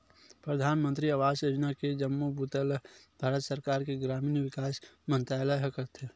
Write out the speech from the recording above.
परधानमंतरी आवास योजना के जम्मो बूता ल भारत सरकार के ग्रामीण विकास मंतरालय ह करथे